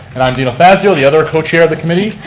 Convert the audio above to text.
and i'm dino fazio, the other co-chair of the committee.